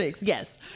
yes